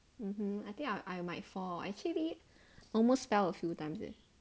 (uh huh) I think I I might fall actually almost fell a few times leh